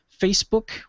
Facebook